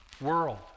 world